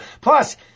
Plus